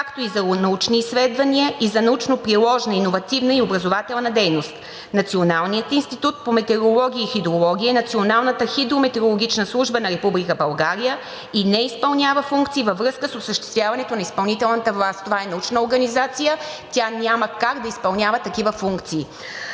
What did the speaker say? както и за научни изследващия и за научно-приложна, иновативна и образователна дейност. Националният институт по метеорология и хидрология, Националната хидрометеорологична служба на Република България и не изпълнява функции във връзка с осъществяването на изпълнителната власт.“ Това е научна организация и тя няма как да изпълнява такива функции.